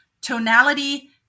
tonality